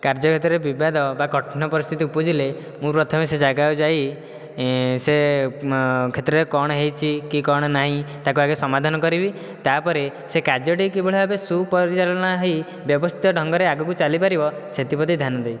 କାର୍ଯ୍ୟକ୍ଷେତ୍ରରେ ବିବାଦ ବା କଠିନ ପରିସ୍ଥିତି ଉପୁଜିଲେ ମୁଁ ପ୍ରଥମେ ସେ ଜାଗା କୁ ଯାଇ ସେ କ୍ଷେତ୍ରରେ କଣ ହେଇଛି କି କଣ ନାହିଁ ତାକୁ ଆଗେ ସମାଧାନ କରିବି ତାପରେ ସେ କାର୍ଯ୍ୟଟିକୁ କି ଭଳି ଭାବରେ ସୁପରିଚାଳନା ହେଇ ବ୍ୟବସ୍ଥିତ ଢଙ୍ଗରେ ଆଗକୁ ଚାଲି ପାରିବ ସେଥି ପ୍ରତି ଧ୍ୟାନ ଦେବି